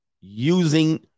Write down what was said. using